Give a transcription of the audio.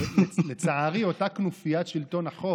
לצערי אותה כנופיית שלטון חוק,